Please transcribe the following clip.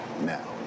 now